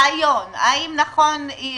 הרי הכול עליו